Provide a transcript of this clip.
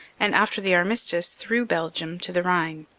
and, after the armistice, through belgium to the rhine.